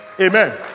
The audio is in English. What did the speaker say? Amen